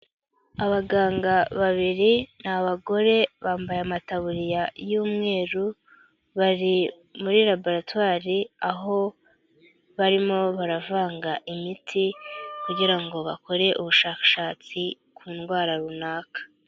Abaganga babiri ni abagore bambaye amataburiya y'umweru, bari muri labaratwari, aho barimo baravanga imiti kugira ngo bakore ubushakashatsi ku ndwara runaka.